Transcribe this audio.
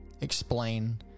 explain